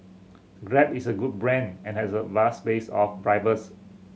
grab is a good brand and has a vast base of drivers